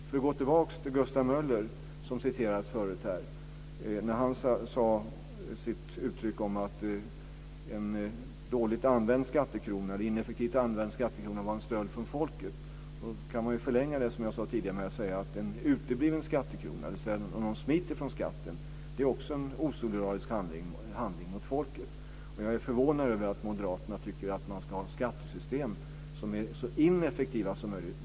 Jag ska gå tillbaka till Gustav Möller, som citerades här förut. Han sade att en dåligt använd skattekrona, eller en ineffektivt använd skattekrona, var en stöld från folket. Då kan man förlänga det med att säga att en utebliven skattekrona, dvs. att någon smiter från skatten, också är en osolidarisk handling mot folket. Jag är förvånad över att moderaterna tycker att man ska ha skattesystem som är så ineffektiva som möjligt.